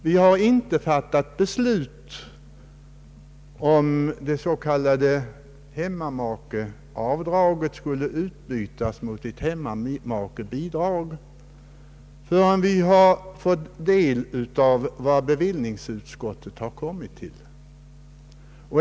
Vi har inte fattat beslut om huruvida det s.k. hemmamakeavdraget skulle utbytas mot ett hemmamakebidrag förrän vi fått del av den ståndpunkt bevillningsutskottet kommit till.